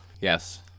Yes